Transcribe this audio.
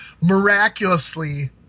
miraculously